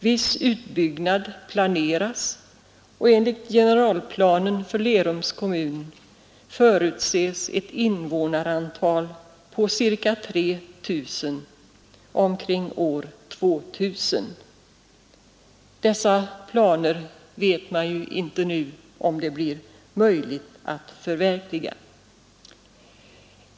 Viss utbyggnad planeras, och enligt generalplanen för Lerums kommun förutses ett invånarantal på cirka 3 000 omkring år 2 000. Ännu vet man inte om det blir möjligt att förverkliga dessa planer.